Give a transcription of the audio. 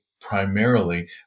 primarily